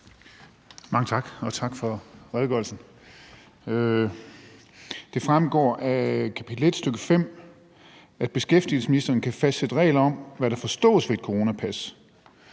Mange tak. Og tak for redegørelsen. Det fremgår af § 1, stk. 5, at »beskæftigelsesministeren kan fastsætte regler om, hvad der forstås ved et coronapas